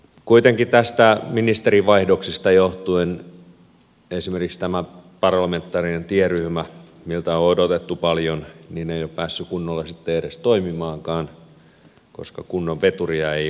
kuitenkin tästä ministerivaihdoksesta johtuen esimerkiksi tämä parlamentaarinen tieryhmä jolta on odotettu paljon ei ole päässyt kunnolla edes sitten toimimaankaan koska kunnon veturia ei ole ollut